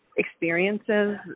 Experiences